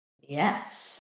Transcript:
Yes